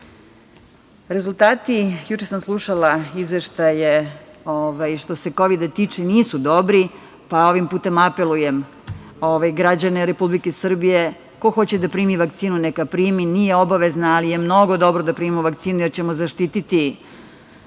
Srbije. Juče sam slušala izveštaje što se kovida tiče, nisu dobri, pa ovim putem apelujem na građane Republike Srbije, ko hoće da primi vakcinu, neka primi, nije obavezna, ali je mnogo dobro da primimo vakcinu, jer ćemo zaštiti